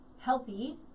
healthy